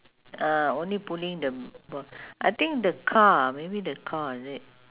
uh only pulling the b~ I think the car ah maybe the car is it